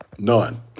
none